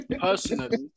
Personally